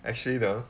actually though